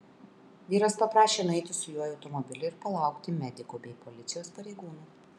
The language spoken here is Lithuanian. vyras paprašė nueiti su juo į automobilį ir palaukti medikų bei policijos pareigūnų